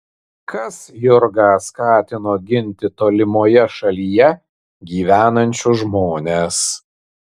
kas jurgą skatino ginti tolimoje šalyje gyvenančius žmones